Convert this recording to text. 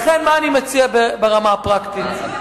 לכן, מה אני מציע ברמה הפרקטית?